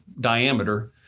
diameter